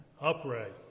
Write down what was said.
upright